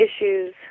issues